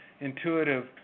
intuitive